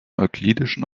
euklidischen